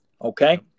Okay